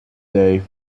day